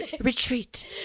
Retreat